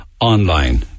online